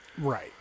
Right